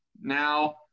now